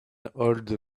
old